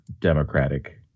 Democratic